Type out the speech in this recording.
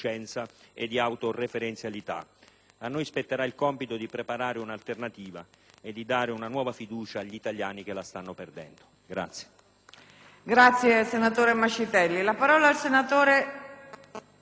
A noi spetterà il compito di preparare un'alternativa e di dare nuova fiducia agli italiani che la stanno perdendo.